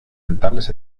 mentales